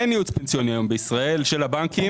אין היום ייעוץ פנסיוני בישראל של הבנקים